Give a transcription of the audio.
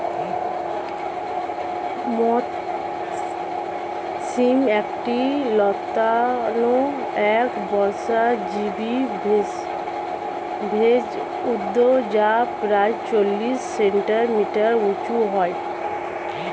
মথ শিম একটি লতানো একবর্ষজীবি ভেষজ উদ্ভিদ যা প্রায় চল্লিশ সেন্টিমিটার উঁচু হয়